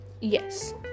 Yes